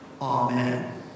Amen